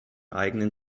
eignen